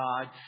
God